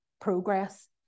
progress